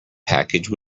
package